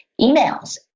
emails